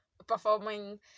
Performing